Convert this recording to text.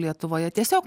lietuvoje tiesiog